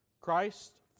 Christ